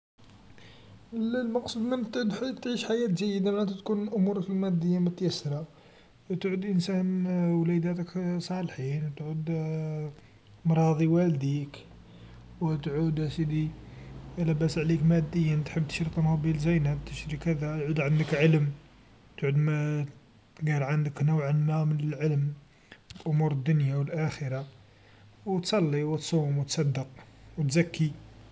ل-ل-المقصود بمتعة الحياة هو تعيش حياة جيدا لما تكون الأمور الماديا متيسرا و تعود إنسان وليداتك صالحين، و تعود راضي والديك و تعود أسيدي لاباس عليك ماديا تحب تشري طوموبيل زاينا تشري كذا، يعود عندك علم و تعود ما، قال عندك نوعا ما بالعلم أمور دنيا و الآخرا و تصلي و تصوم و تصدق و تزكي.